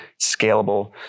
scalable